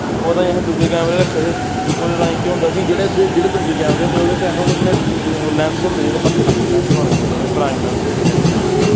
ओह्दे ताईं असें दूए कैमरे रक्खे दे ओह्दे ताईं केह् होंदा कि जेह्ड़े दूए कैमरे होंदे ओह्दे च लैन्स होंदे बक्खरे बक्खरे लाने पौंदे जेह्ड़े पराईम लैन्स जां जूमिंग